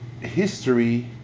History